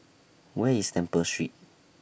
Where IS Temple Street